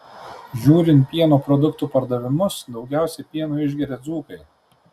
žiūrint pieno produktų pardavimus daugiausiai pieno išgeria dzūkai